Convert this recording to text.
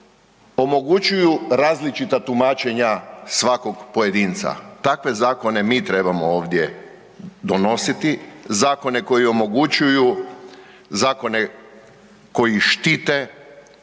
omogućuju različita tumačenja svakog pojedinca. Takve zakone mi trebamo ovdje donositi, zakone koji omogućuju, zakone koji štite